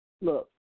Look